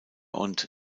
und